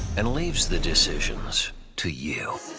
and leaves the decisions to you.